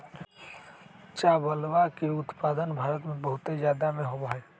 चावलवा के उत्पादन भारत में बहुत जादा में होबा हई